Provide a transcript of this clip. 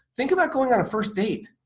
think about going on a first date